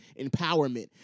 empowerment